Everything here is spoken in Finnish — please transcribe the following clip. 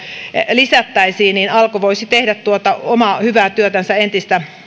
lisättäisiin niin että alko voisi tehdä tuota omaa hyvää työtänsä entistä